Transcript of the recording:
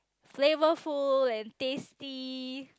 flavor food and tasty